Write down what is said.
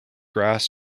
grass